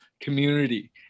community